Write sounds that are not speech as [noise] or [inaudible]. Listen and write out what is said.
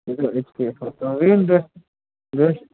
[unintelligible]